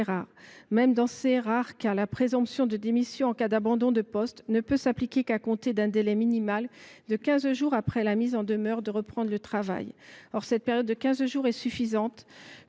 Même dans ces rares cas, la présomption de démission en cas d’abandon de poste ne peut s’appliquer qu’à compter d’un délai minimal de quinze jours après la mise en demeure de reprendre le travail. Or cette période de quinze jours est suffisante